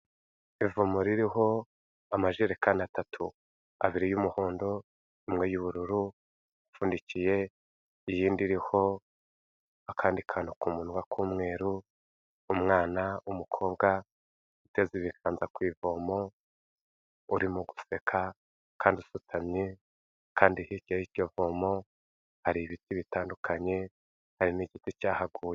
ivomo ririho amajerekani atatu. Abiri y'umuhondo, imwe y'ubururu ipfundikiye, iyindi iriho akandi kantu ku munwa k'umweru, umwana w'umukobwa uteze ibikanza ku ivomo, uri mu guseka kandi usutamye kandi hirya y'iryo vomo hari ibiti bitandukanye, hari n'igiti cyahaguye.